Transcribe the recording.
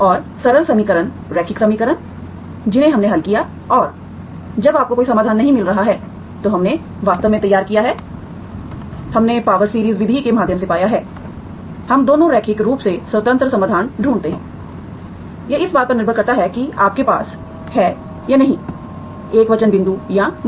और सरल समीकरण रैखिक समीकरण जिन्हें हमने हल किया और जब आपको कोई समाधान नहीं मिल रहा है तो हमने वास्तव में तैयार किया है हमने पावर सीरीज़ विधि के माध्यम से पाया है हम दोनों रैखिक रूप से स्वतंत्र समाधान ढूंढते हैं यह इस बात पर निर्भर करता है कि आपके पास है या नहीं एकवचन बिंदु या नहीं